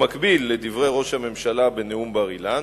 במקביל לדברי ראש הממשלה בנאום בר-אילן